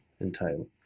entail